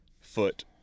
foot